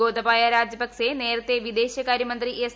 ഗോതബായ രജപക്സെ നേരത്തേ വിദേശകാര്യമന്ത്രി എസ്